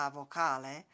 vocale